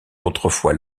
autrefois